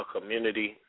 community